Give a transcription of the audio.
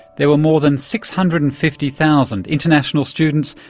there were more than six hundred and fifty thousand international students,